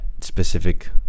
specific